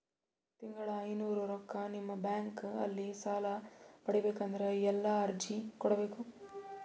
ತಿಂಗಳ ಐನೂರು ರೊಕ್ಕ ನಿಮ್ಮ ಬ್ಯಾಂಕ್ ಅಲ್ಲಿ ಸಾಲ ಪಡಿಬೇಕಂದರ ಎಲ್ಲ ಅರ್ಜಿ ಕೊಡಬೇಕು?